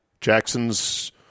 Jackson's